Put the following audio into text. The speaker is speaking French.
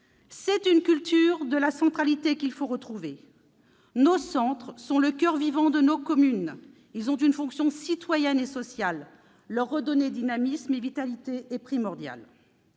C'est une culture de la centralité qu'il faut retrouver. Nos centres sont le coeur vivant de nos communes ; ils ont une fonction citoyenne et sociale : leur redonner dynamisme et vitalité est primordial.